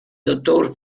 dottor